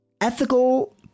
Ethical